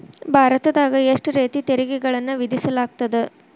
ಭಾರತದಾಗ ಎಷ್ಟ ರೇತಿ ತೆರಿಗೆಗಳನ್ನ ವಿಧಿಸಲಾಗ್ತದ?